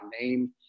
name